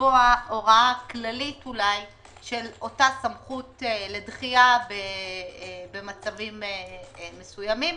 לקבוע הוראה כללית של אותה סמכות לדחייה במצבים מסוימים.